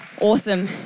Awesome